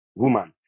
woman